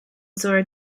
saw